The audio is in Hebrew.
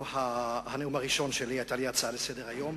היתה לי הצעה לסדר-היום,